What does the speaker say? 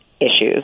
issues